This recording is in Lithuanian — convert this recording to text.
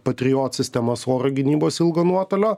patriot sistemas oro gynybos ilgo nuotolio